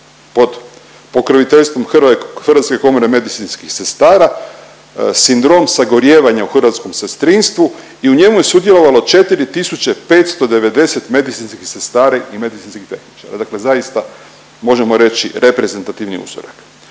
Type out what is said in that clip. pod pokroviteljstvom Hrvatske komore medicinskih sestara, sindrom sagorijevanja u hrvatskom sestrinstvu i u njemu je sudjelovalo 4590 medicinskih sestara i medicinskih tehničara, dakle zaista možemo reći, reprezentativni uzorak.